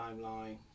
timeline